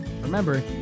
Remember